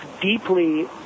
deeply